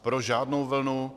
Pro žádnou vlnu.